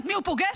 את מי הוא פוגש?